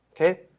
okay